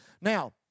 Now